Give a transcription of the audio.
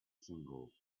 single